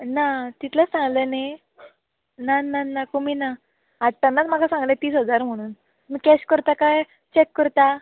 ना तितलोच सांगले न्ही ना ना ना कमी ना हाडटनाच म्हाका सांगले तीस हजार म्हणून तुमी केश करता काय चेक करता